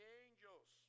angels